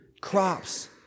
crops